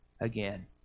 again